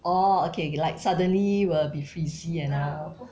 orh okay okay like suddenly will be frizzy and all